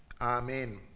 Amen